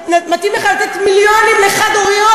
מתאים לך לתת מיליונים לחד-הוריות?